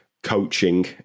coaching